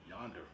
Yonder